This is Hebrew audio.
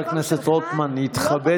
חבר הכנסת קרעי, אתה עולה?